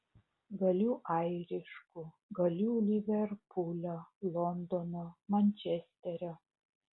galiu airišku galiu liverpulio londono mančesterio